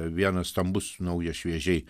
vienas stambus naujas šviežiai